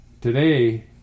Today